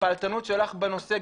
הפעלתנות שלך בנושא,